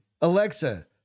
Alexa